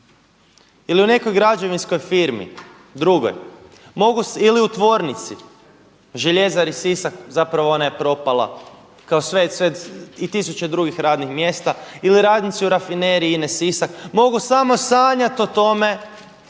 ili u nekoj građevinskoj firmi drugoj ili u tvornici Željezari Sisak, zapravo ona je propala kao sve i tisuće drugih radnih mjesta, ili radnici u Rafineriji INA-e Sisak mogu samo sanjati o tome